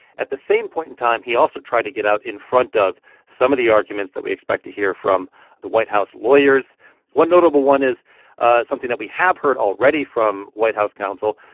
at the same point in time, he also tried to get out in front of some of the arguments that we expect to hear from the white house lawyers one notable one is ah something that we have heard already from white house counsel,